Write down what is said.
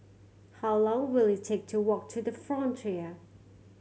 how long will it take to walk to The Frontier